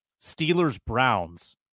Steelers-Browns